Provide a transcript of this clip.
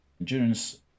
Endurance